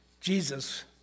Jesus